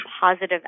positive